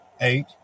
eight